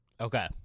Okay